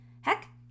heck